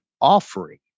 offering